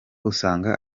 usanga